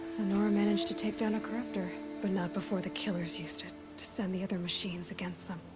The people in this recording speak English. the nora managed to take down a corruptor. but not before the killers used it. to send the other machines against them.